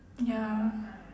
ya